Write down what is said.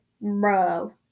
Bro